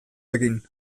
egin